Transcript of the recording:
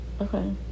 Okay